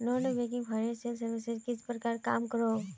Non banking financial services किस प्रकार काम करोहो?